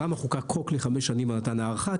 חוקק חוק לחמש שנים ונתנו הארכה?